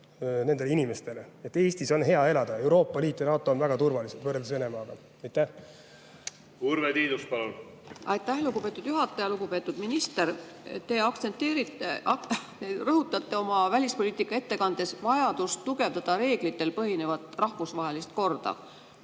inimestele. Eestis on hea elada, Euroopa Liit ja NATO on väga turvalised võrreldes Venemaaga. Urve Tiidus, palun! Aitäh, lugupeetud juhataja! Lugupeetud minister! Te rõhutate oma välispoliitika ettekandes vajadust tugevdada reeglitel põhinevat rahvusvahelist korda.